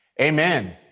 amen